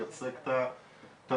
לייצג את התלמידים,